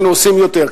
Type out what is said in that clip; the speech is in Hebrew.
היינו עושים יותר,